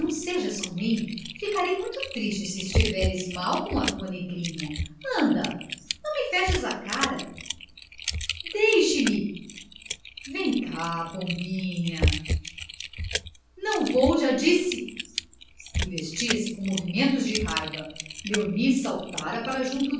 sejas ruim ficarei muito triste se estiveres mal com a tua negrinha anda não me feches a cara deixe-me vem cá pombinha não vou já disse e vestia-se com movimentos de raiva léonie saltara para junto